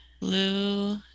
blue